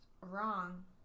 wrong